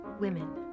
Women